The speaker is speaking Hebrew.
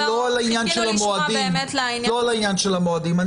לא על העניין של המועדים.